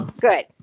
Good